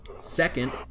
Second